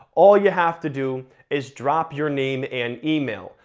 all you have to do is drop your name and email.